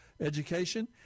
Education